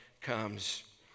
comes